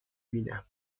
بینم